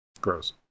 Gross